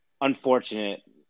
unfortunate